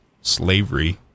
slavery